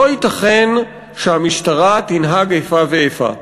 לא ייתכן שהמשטרה תנהג איפה ואיפה,